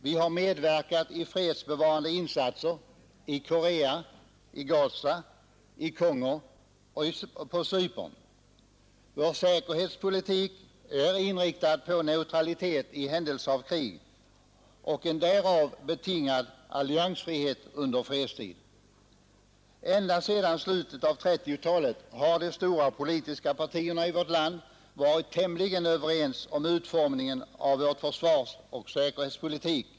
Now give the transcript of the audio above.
Vi har medverkat i fredsbevarande insatser i Korea, Gaza, Kongo och på Cypern. Vär säkerhetspolitik är inriktad på neutralitet i händelse av krig och en därav betingad alliansfrihet under fredstid. Ända sedan slutet av 1930-talet har de stora politiska partierna i vårt land varit tämligen överens om utformningen av vår försvarsoch säkerhetspolitik.